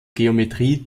geometrie